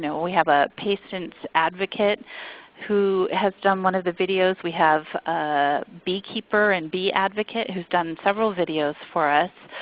we have a patient's advocate who has done one of the videos. we have a beekeeper and bee advocate who has done several videos for us.